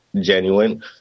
genuine